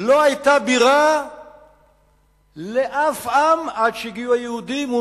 לא היתה בירה לאף עם עד שהגיעו היהודים, באמת.